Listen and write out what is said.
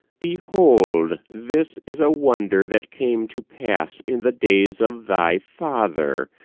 behold, this is a wonder that came to pass in the days of thy father,